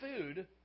food